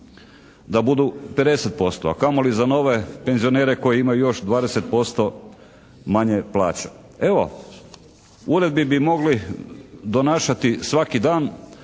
da budu 50%, a kamoli za nove penzionere koji imaju još 20% manje plaću. Evo uredbi bi mogli donašati svaki dan